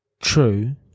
True